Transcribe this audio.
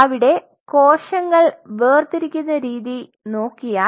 അവിടെ കോശങ്ങൾ വേർതിരിക്കുന്ന രീതി നോക്കിയാൽ